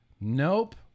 nope